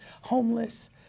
homeless